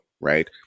right